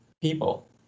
people